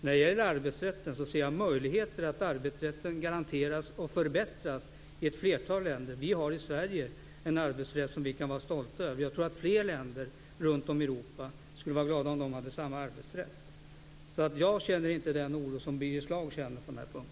Jag ser möjligheter att arbetsrätten garanteras och förbättras i ett flertal länder. Vi har i Sverige en arbetsrätt vi kan vara stolta över. Jag tror att man i flera länder i Europa skulle vara glada för att ha en likadan arbetsrätt. Jag känner inte den oro Birger Schlaug känner på den punkten.